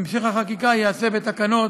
המשך החקיקה ייעשה בתקנות,